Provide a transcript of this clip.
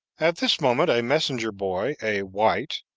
at this moment a messenger-boy, a white,